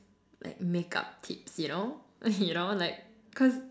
like makeup tips you know you know like cause